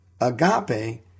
agape